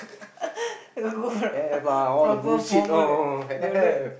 you got go or not proper formal you got do